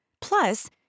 Plus